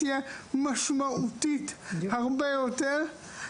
תהיה משמעותית הרבה יותר.